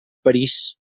parís